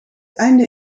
einde